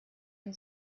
ein